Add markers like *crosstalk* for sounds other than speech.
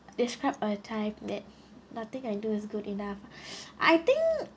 describe a time that nothing I do is good enough *breath* I think